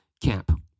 camp